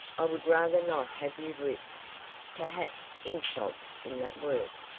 i would rather not have you risk perhaps insults in that work.